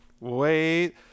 Wait